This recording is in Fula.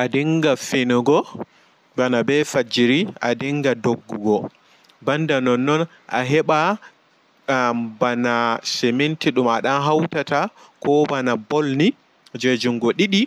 A ɗinga finugo ɓana ɓe fajiri a ɗinga ɗoggugo ɓanɗa nonno a ɗinga a heɓa am ɓana simiti ɗum a ɗan hautata ko ɓana ɓall ni jei jungo ɗiɗi